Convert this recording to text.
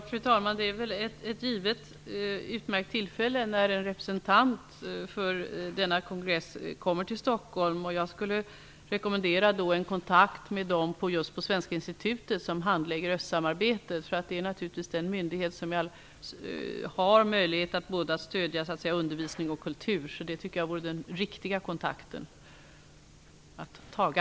Fru talman! Det är ett givet utmärkt tillfälle när en representant för denna kongress kommer till Stockholm. Jag rekommenderar en kontakt med dem på Svenska Institutet som handlägger östsamarbetet. Det är naturligtvis den myndighet som har möjlighet att både stöda undervisning och kultur. Det vore den riktiga kontakten att taga.